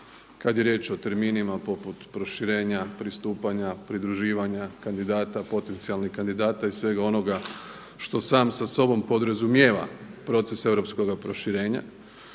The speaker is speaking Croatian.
kada je riječ o terminima poput proširenja, pristupanja, pridruživanja kandidata potencijalnih kandidata i svega onoga što sam sa sobom podrazumijeva proces europskog proširenja.